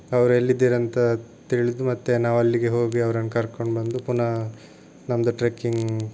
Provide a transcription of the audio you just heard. ಅವರು ಎಲ್ಲಿದ್ದೀರಂತ ತಿಳಿದು ಮತ್ತೆ ನಾವಲ್ಲಿಗೆ ಹೋಗಿ ಅವರನ್ನ ಕರ್ಕೊಂಡು ಬಂದು ಪುನಃ ನಮ್ಮದು ಟ್ರೆಕ್ಕಿಂಗ್